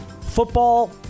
football